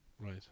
Right